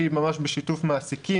שהיא ממש בשיתוף מעסיקים,